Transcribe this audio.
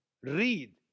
read